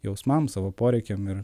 jausmam savo poreikiam ir